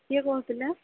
କିଏ କହୁଥିଲେ